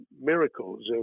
miracles